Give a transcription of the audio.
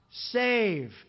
save